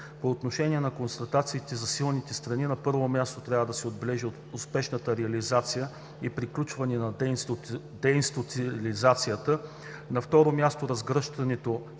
По отношение констатациите за силните страни, на първо място трябва да се отбележи успешната реализация и приключването на деинституционализацията, на второ място – разгръщането,